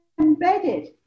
embedded